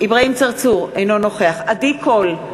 אינו נוכח עדי קול,